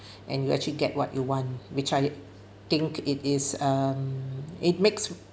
and you actually get what you want which I think it is um it makes